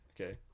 Okay